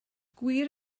gwir